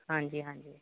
ਹਾਂਜੀ ਹਾਂਜੀ